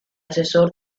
asesor